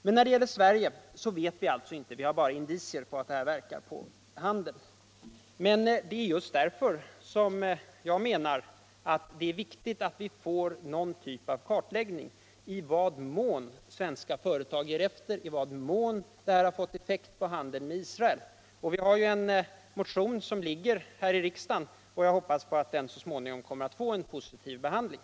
Men när det gäller Sverige vet vi alltså ingenting. Vi har bara indicier på att bojkotten inverkar på handelm med Israel. Det är emettertid just därför som jag menar att det är viktigt att få en kartläggning av i vad tn — mån svenska företag ger efter. i vad mån sådana här bojkottaktioner Om regeringens inställning till ekonomisk bojkott mot Israel har fått effekt på handeln med Israel. Vi haren motion om just detta. Den ligger här i riksdagen, och jag hoppas att den så småningom kommer att få en positiv behandling.